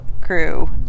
crew